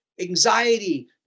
anxiety